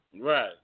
Right